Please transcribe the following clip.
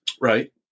right